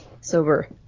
sober